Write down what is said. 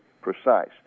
precise